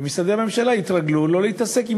ומשרדי הממשלה התרגלו לא להתעסק עם